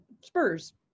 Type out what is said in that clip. spurs